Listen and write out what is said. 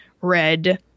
red